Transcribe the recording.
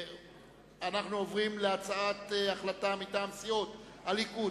אנחנו עוברים להצעת החלטה מטעם סיעות הליכוד,